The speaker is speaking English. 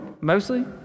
mostly